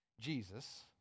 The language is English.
Jesus